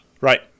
Right